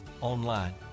online